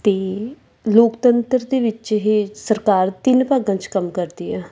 ਅਤੇ ਲੋਕਤੰਤਰ ਦੇ ਵਿੱਚ ਇਹ ਸਰਕਾਰ ਤਿੰਨ ਭਾਗਾਂ 'ਚ ਕੰਮ ਕਰਦੀ ਆ